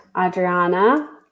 adriana